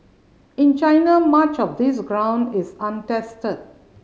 in China much of this ground is untested